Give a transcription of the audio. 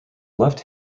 left